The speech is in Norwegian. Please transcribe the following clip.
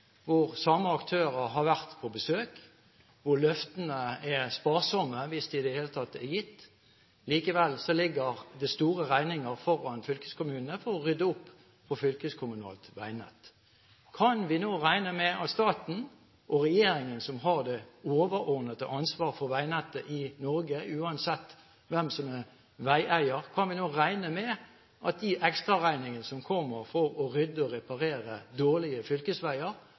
hvor de samme aktører har vært på besøk, og løftene er sparsomme, hvis de i det hele tatt er gitt. Likevel ligger det store regninger foran fylkeskommunene for å rydde opp i fylkeskommunalt veinett. Kan vi nå regne med at de ekstraregningene som kommer for å rydde og reparere dårlige fylkesveier, blir tatt helt og fullt av staten og av regjeringen som har det overordnede ansvar for veinettet i Norge, uansett hvem som er veieier? Eg er ueinig i beskrivinga. Det var flaum og